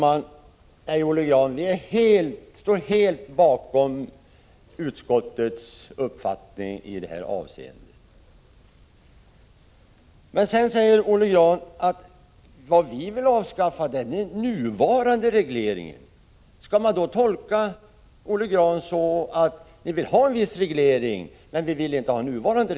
Herr talman! Vi står, Olle Grahn, helt bakom utskottets uppfattning i det här avseendet. Olle Grahn säger att ni vill avskaffa den nuvarande regleringen. Skall man tolka Olle Grahn så att ni vill ha en viss reglering men inte den nuvarande?